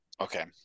Okay